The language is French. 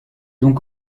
donc